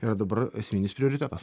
yra dabar esminis prioritetas